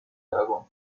dragón